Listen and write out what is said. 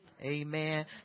Amen